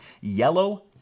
Yellow